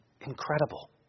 incredible